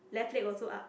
left leg also up